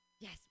Yes